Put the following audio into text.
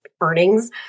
earnings